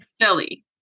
Silly